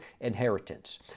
inheritance